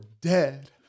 dead